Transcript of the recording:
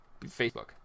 facebook